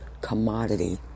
commodity